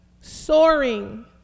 soaring